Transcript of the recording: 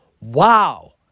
Wow